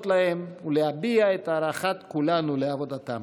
להם ולהביע את הערכת כולנו לעבודתם.